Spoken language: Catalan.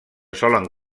solen